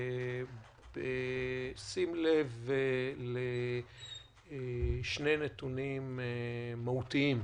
בשים לב לשני נתונים מהותיים,